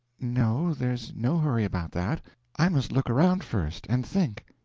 no, there's no hurry about that i must look around first, and think.